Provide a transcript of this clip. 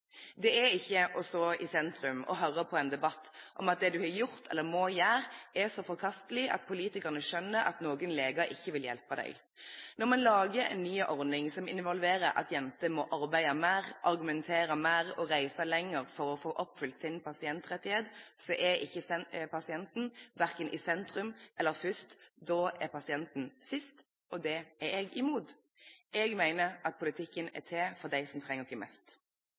Det er ikke å stå i sentrum å måtte høre på en debatt om at det du har gjort eller må gjøre, er så forkastelig at politikerne skjønner at noen leger ikke vil hjelpe deg. Når man lager en ny ordning som involverer at jenter må arbeide mer, argumentere mer og reise lenger for å få oppfylt sin pasientrettighet, er pasienten verken i sentrum eller først; da er pasienten sist, og det er jeg imot. Jeg mener at politikken er til for dem som trenger den mest.